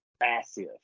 massive